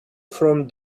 from